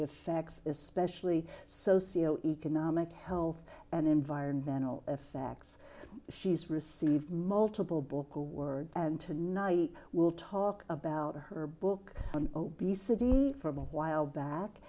effects especially socio economic health and environmental effects she's received multiple book award and tonight we'll talk about her book on obesity from a while back